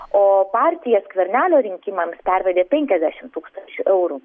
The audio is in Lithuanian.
o partija skvernelio rinkimams pervedė penkiasdešim tūkstančių eurų